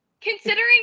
Considering